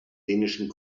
dänischen